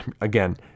Again